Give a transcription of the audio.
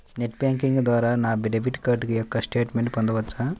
Net banking ద్వారా నా debit card యొక్క స్టేట్మెంట్ పొందవచ్చా?